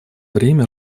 время